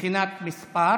מבחינת המספר.